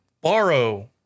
borrow